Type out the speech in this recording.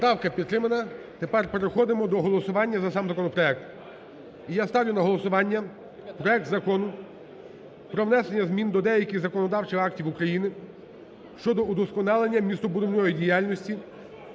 Поправка підтримана. Тепер переходимо до голосування за сам законопроект. І я ставлю на голосування проект Закону про внесення змін до деяких законодавчих актів України щодо удосконалення містобудівної діяльності